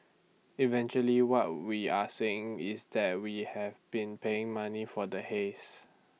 eventually what we are saying is that we have been paying money for the haze